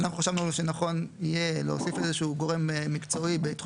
אנחנו חשבנו שנכון יהיה להוסיף איזה שהוא גורם מקצועי בתחום